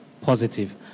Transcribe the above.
positive